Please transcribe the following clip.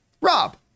rob